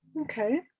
Okay